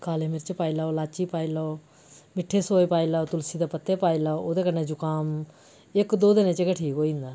काले मिर्च पाई लैओ बिच इलाची पाई लैओ मिट्ठे सोऐ पाई लैओ तुलसी दे पत्ते पाई लैओ ओह्दे कन्नै जुकाम इक दो दिनें च गै ठीक होई जंदा